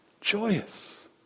Joyous